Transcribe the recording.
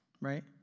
right